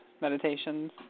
meditations